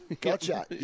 Gotcha